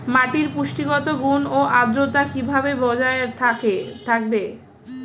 মাটির পুষ্টিগত গুণ ও আদ্রতা কিভাবে বজায় থাকবে?